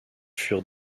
furent